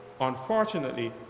unfortunately